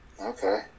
Okay